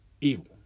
evil